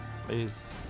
Please